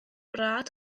rhad